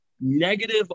negative